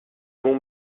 mont